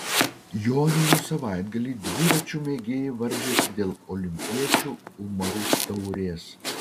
joninių savaitgalį dviračių mėgėjai varžėsi dėl olimpiečių umarų taurės